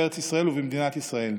בארץ ישראל ובמדינת ישראל: